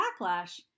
backlash